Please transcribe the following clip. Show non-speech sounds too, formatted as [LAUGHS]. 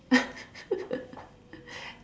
[LAUGHS]